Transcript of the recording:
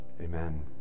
Amen